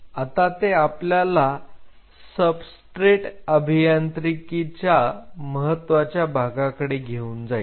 आता ते आपल्याला सबस्ट्रेट अभियांत्रिकीच्या महत्त्वाचे भागाकडे घेऊन जाईल